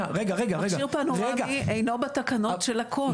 מכשיר פנורמי אינו בתקנות של הקון.